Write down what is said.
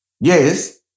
Yes